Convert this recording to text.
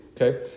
okay